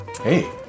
Hey